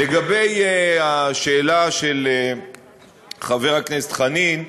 לגבי השאלה של חבר הכנסת חנין,